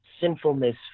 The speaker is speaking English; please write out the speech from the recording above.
sinfulness